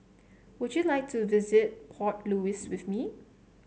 would you like to visit Port Louis with me